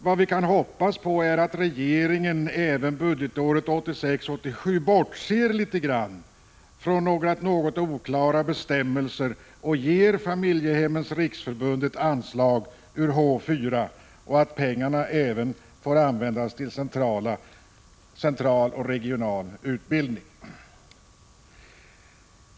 Vad vi kan hoppas på är att regeringen även budgetåret 1986/87 bortser litet grand från något oklara bestämmelser och ger Familjehemmens riksförbund ett anslag ur H 4 och att pengarna även får användas till central och regional utbildning.